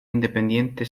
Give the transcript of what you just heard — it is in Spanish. independiente